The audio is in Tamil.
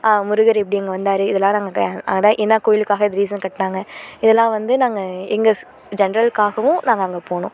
முருகர் எப்படி இங்கே வந்தார் இதெல்லாம் நாங்கள் அதெல்லாம் என்ன கோயிலுக்காக இது ரீசன் கட்டினாங்க இதெல்லாம் வந்து நாங்கள் எங்கள் ஜெண்ட்ரல்காகவும் நாங்கள் அங்கே போனோம்